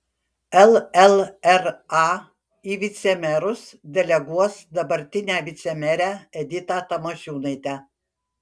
llra į vicemerus deleguos dabartinę vicemerę editą tamošiūnaitę